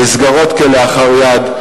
נסגרות כלאחר יד,